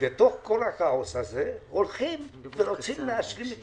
ובתוך כל הכאוס הזה רוצים להשלים את